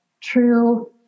true